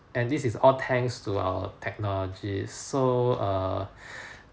and this is all thanks to our technology so err